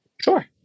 sure